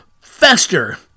fester